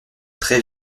très